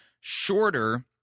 shorter